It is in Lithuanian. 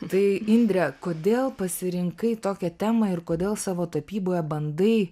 tai indre kodėl pasirinkai tokią temą ir kodėl savo tapyboje bandai